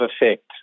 effect